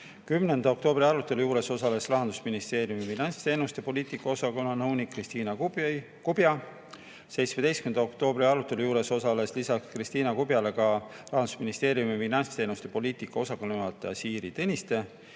10. oktoobri arutelul osales Rahandusministeeriumi finantsteenuste poliitika osakonna nõunik Kristiina Kubja, 17. oktoobri arutelul osales lisaks Kristiina Kubjale ka Rahandusministeeriumi finantsteenuste poliitika osakonna juhataja Siiri Tõniste.